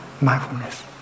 mindfulness